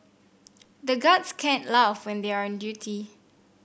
the guards can't laugh when they are on duty